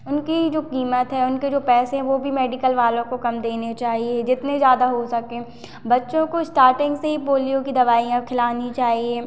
उनकी जो कीमत है उनके जो पैसे हैं वो भी मेडिकल वालों को कम देने चाहिए जितने ज़्यादा हो सकें बच्चों को स्टार्टिंग से ही पोलियो की दवाईयाँ खिलानी चाहिए